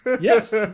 Yes